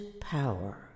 power